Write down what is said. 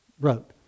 wrote